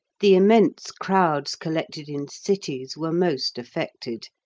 the immense crowds collected in cities were most affected,